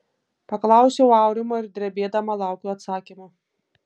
paklausiau aurimo ir drebėdama laukiau atsakymo